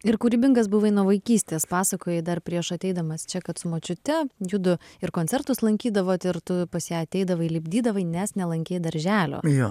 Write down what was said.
ir kūrybingas buvai nuo vaikystės pasakojai dar prieš ateidamas čia kad su močiute judu ir koncertus lankydavot ir tu pas ją ateidavai lipdydavai nes nelankei darželio